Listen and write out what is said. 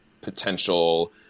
potential